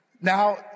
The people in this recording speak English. Now